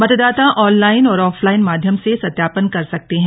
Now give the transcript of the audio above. मतदाता ऑनलाइन और ऑफलाइन माध्यम से सत्यापन कर सकता है